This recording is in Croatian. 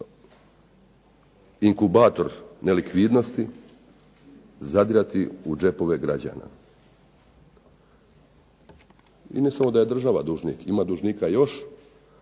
inkubator nelikvidnosti zadirati u džepove građana? I ne samo da je država dužnik, ima dužnika još,